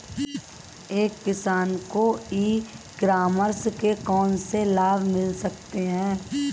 एक किसान को ई कॉमर्स के कौनसे लाभ मिल सकते हैं?